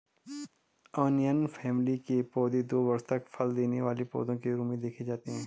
onion family के पौधे दो वर्ष तक फल देने वाले पौधे के रूप में देखे जाते हैं